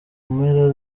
mpera